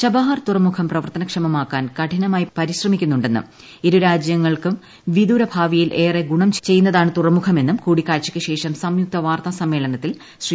Chabahar തുറമുഖം പ്രവർത്തനക്ഷമമാക്കാൻ കഠിനമായി പരിശ്രമിക്കുന്നുണ്ടെന്നും ഇരു രാജ്യങ്ങൾക്ക് വിദൂര ഭാവിയിൽ ഏറെ ഗുണം ചെയ്യുന്നതാണ് തുറമുഖമെന്നും കൂടിക്കാഴ്ചയ്ക്കു ശേഷം സംയുക്ത വാർത്താ സമ്മേളനത്തിൽ ശ്രീ